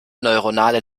neuronale